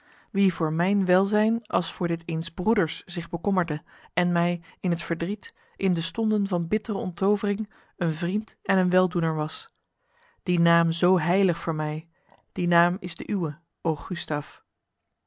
wie voor mijn welzijn als voor dit eens broeders zich bekommerde en mij in het verdriet in de stonden van bittere onttovering een vriend en een weldoener was die naam zo heilig voor mij die naam is de uwe o gustaf